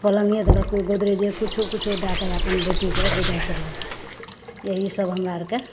पलङ्गे देलक केओ गोदरेजे किछु किछु दएके आपन बेटीके बिदाइ करलक एहि सब हमरा आरके